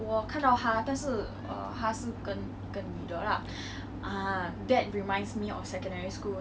yes yes I remember um there was a lot of controversy and there was a lot of